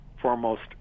Foremost